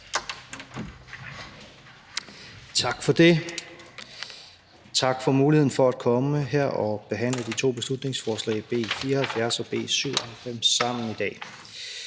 Tak for det, og tak for muligheden for at komme her i dag og sambehandle de to beslutningsforslag, B 74 og B 97. Begge